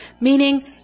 Meaning